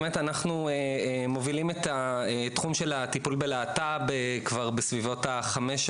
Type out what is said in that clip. באמת אנחנו מובילים את תחום הטיפול בלהט"ב כבר בסביבות חמש,